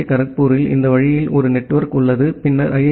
D காரக்பூரில் இந்த வழியில் ஒரு நெட்வொர்க் உள்ளது பின்னர் ஐ